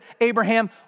Abraham